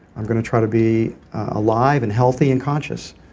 i'm going to try to be alive and healthy and conscious.